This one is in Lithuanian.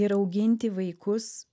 ir auginti vaikus